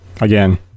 again